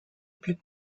plus